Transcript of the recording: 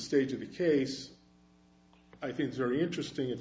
stage of the case i think it's very interesting